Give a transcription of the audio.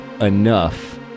enough